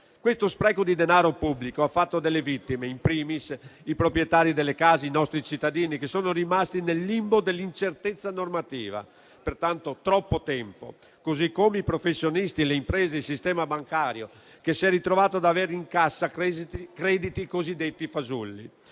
Questo spreco di denaro pubblico ha fatto delle vittime; *in primis* i proprietari delle case, i nostri cittadini che sono rimasti nel limbo dell'incertezza normativa per tanto, troppo tempo, così come i professionisti, le imprese e il sistema bancario che si è ritrovato ad avere in cassa crediti cosiddetti fasulli.